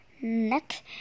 Next